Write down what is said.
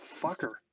Fucker